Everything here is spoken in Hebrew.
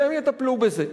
שהם יטפלו בזה?